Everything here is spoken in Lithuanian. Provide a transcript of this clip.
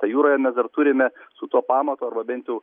tai jūroje mes dar turime su tuo pamatu arba bent jau